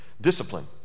Discipline